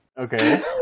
Okay